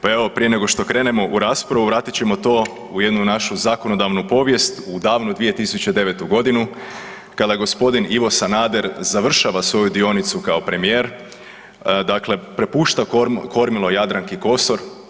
Pa evo prije nego što krenemo u raspravu vratit ćemo to u jednu našu zakonodavnu povijest u davnu 2009.g. kada g. Ivo Sanader završava svoju dionicu kao premijer, dakle prepušta kormilo Jadranki Kosor.